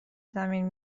زمین